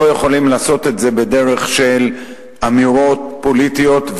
לא יכולים לעשות את זה בדרך של אמירות פוליטיות.